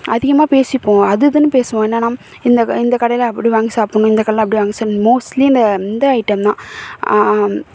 அதிகமாக பேசிப்போம் அது இதுன்னு பேசுவோம் என்னான்னால் இந்த இந்த கடையில் அப்படி வாங்கி சாப்பிட்ணும் இந்த கடையில் அப்படி வாங்கி சாப் மோஸ்ட்லி இந்த இந்த ஐட்டம் தான்